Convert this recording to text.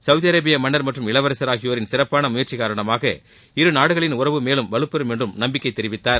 சவுதிஅரேபிய மன்னர் மற்றும் இளவரசர் ஆகியோரின் சிறப்பான முயற்சி காரணமாக இருநாடுகளின் உறவு மேலும் வலுப்பெறும் என்று நம்பிக்கை தெரிவித்தார்